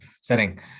setting